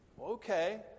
Okay